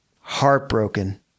heartbroken